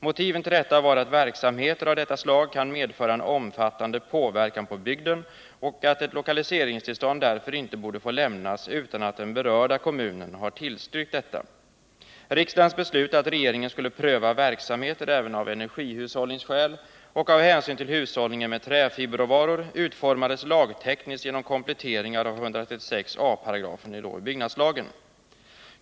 Motiven till detta var att verksamheter av detta slag kan medföra en omfattande påverkan på bygden och att ett lokaliseringstillstånd därför inte borde få lämnas utan att den berörda kommunen har tillstyrkt detta. Riksdagens beslut att regeringen skulle pröva verksamheter även av energihushållningsskäl och av hänsyn till hushållningen med träfiberråvaror utformades lagtekniskt genom kompletteringar av 136 a § BL.